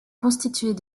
constituées